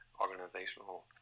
organizational